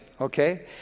okay